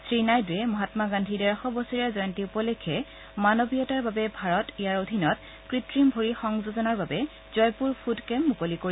শ্ৰীনাইডুৰে মহাম্মা গান্ধীৰ ডেৰশ বছৰীয়া জয়ন্তী উপলক্ষে মানৱীয়তাৰ বাবে ভাৰত ইয়াৰ অধীনত কৃত্ৰিম ভৰি সংযোজনৰ বাবে জয়পুৰ ফুট কেম্প মুকলি কৰিব